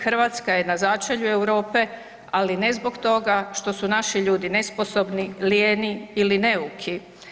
Hrvatska je na začelju Europe, ali ne zbog toga što su naši ljudi nesposobni, lijeni ili neuki.